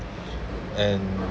and